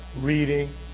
reading